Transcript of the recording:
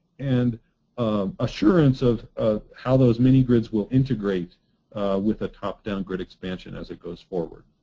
and assurance of ah how those mini-grids will integrate with a top down grid expansion as it goes forward.